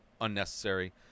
unnecessary